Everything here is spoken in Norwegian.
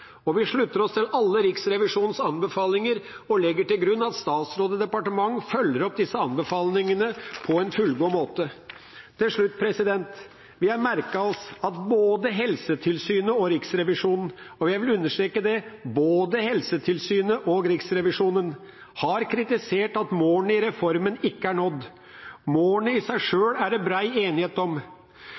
Vi slutter oss til alle Riksrevisjonens anbefalinger og legger til grunn at statsråd og departement følger opp disse anbefalingene på en fullgod måte. Til slutt. Vi har merket oss at både Helsetilsynet og Riksrevisjonen – og jeg vil understreke både Helsetilsynet og Riksrevisjonen – har kritisert at målene i reformen ikke er nådd. Målene i seg sjøl er det brei enighet om,